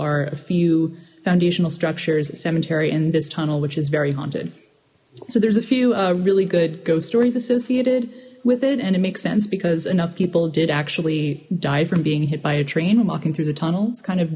are a few foundational structures cemetery and this tunnel which is very haunted so there's a few really good ghost stories associated with it and it makes sense because enough people did actually die from being hit by a train when walking through the tunnel it's kind of